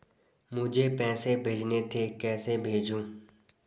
मुझे पैसे भेजने थे कैसे भेजूँ?